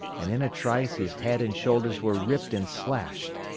and in a trice his head and shoulders were ripped and slashed.